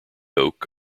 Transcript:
oak